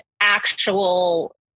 actual